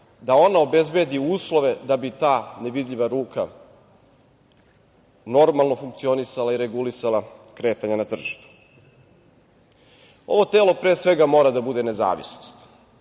da ona obezbedi uslove da bi ta nevidljiva ruka normalno funkcionisala i regulisala kretanja na tržištu. Ovo telo pre svega mora da bude nezavisno